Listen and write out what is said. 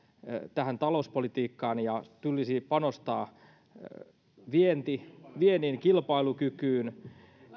tähän talouspolitiikkaan ja tulisi panostaa viennin kilpailukykyyn